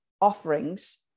offerings